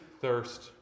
thirst